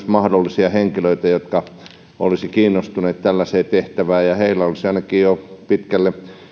mahdollisia henkilöitä jotka olisivat kiinnostuneet tällaisesta tehtävästä heillä olisi ainakin jo pitkälle